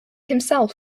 himself